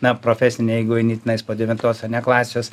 na profesinę jeigu eini tenais po devintos ane klasės